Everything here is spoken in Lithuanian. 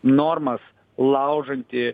normas laužanti